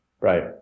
Right